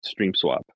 StreamSwap